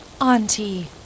Auntie